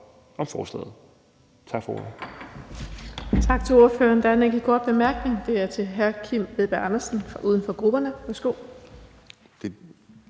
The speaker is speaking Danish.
om forslaget. Tak for ordet.